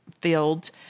filled